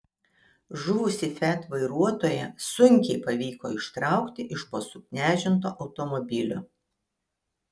žuvusį fiat vairuotoją sunkiai pavyko ištraukti iš po suknežinto automobilio